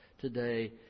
today